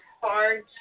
hard